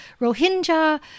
Rohingya